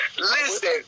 listen